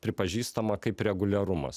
pripažįstama kaip reguliarumas